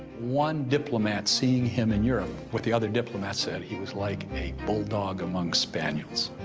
one diplomat seeing him in europe with the other diplomats said he was like a bulldog among spaniels.